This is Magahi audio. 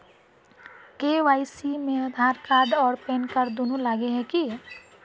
के.वाई.सी में आधार कार्ड आर पेनकार्ड दुनू लगे है की?